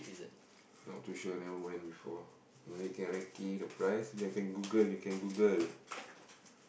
is it